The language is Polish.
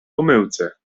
pomyłce